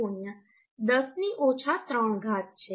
25 10 ની ઓછા 3 ઘાત છે